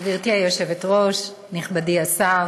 גברתי היושבת-ראש, נכבדי השר